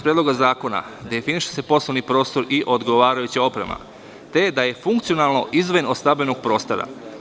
Predloga zakona, definiše se poslovni prostor i odgovarajuća oprema, te da je funkcionalno izdvojen od stambenog prostora.